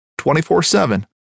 24-7